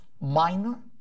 minor